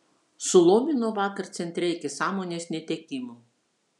sulomino vakar centre iki sąmonės netekimo